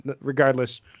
regardless